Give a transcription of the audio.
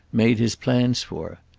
made his plans for.